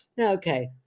Okay